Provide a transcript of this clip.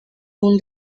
own